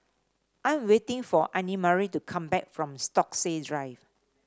I am waiting for Annemarie to come back from Stokesay Drive